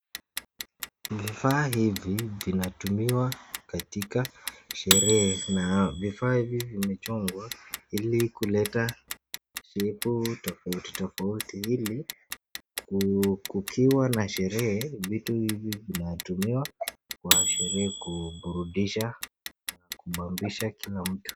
Vifaa hivi vinatumiwa katika sherehe na vifaa hivi vimechongwa ili kuleta shepu tofautitofauti ili kukiwa na sherehe vitu hivi vinatumiwa kwa sherehe kuburudisha na kubambisha kila mtu.